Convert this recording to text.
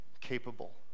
capable